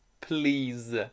Please